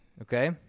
Okay